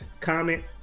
comment